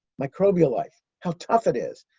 microbial life, how tough it is,